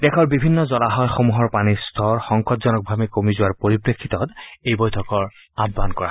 দেশৰ বিভিন্ন জলাশয়সমূহৰ পানীৰ স্তৰ সংকটজনকভাৱে কমি যোৱাৰ পৰিপ্ৰেক্ষিতত এই বৈঠকৰ আহুান কৰা হৈছে